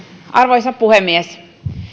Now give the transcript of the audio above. arvoisa puhemies